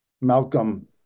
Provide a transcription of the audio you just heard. Malcolm